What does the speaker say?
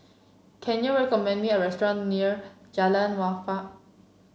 can you recommend me a restaurant near Jalan Wakaff